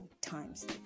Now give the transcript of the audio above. times